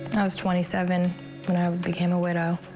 i was twenty seven when i became a widow.